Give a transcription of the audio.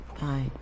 Bye